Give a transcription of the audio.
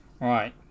Right